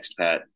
expat